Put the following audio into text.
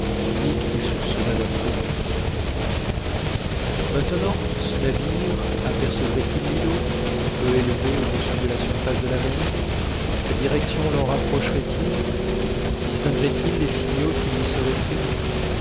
ni qu'il soupçonnât leur présence maintenant ce navire apercevrait il l'îlot peu élevé au-dessus de la surface de la mer sa direction l'en rapprocherait il distinguerait il les signaux qui lui seraient faits